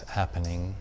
happening